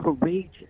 Courageous